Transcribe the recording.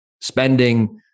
spending